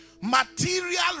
material